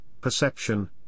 perception